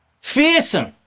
Fearsome